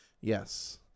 Yes